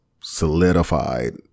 solidified